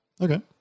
Okay